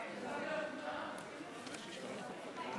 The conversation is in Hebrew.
ראשונה ותועבר לוועדת